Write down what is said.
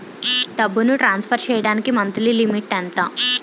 డబ్బును ట్రాన్సఫర్ చేయడానికి monthly limit ఎంత?